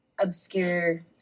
obscure